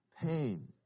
pain